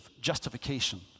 justification